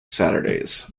saturdays